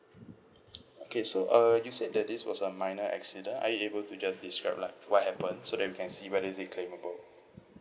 okay so uh you said that this was a minor accident are you able to just describe like what happened so that we can see whether is it claimable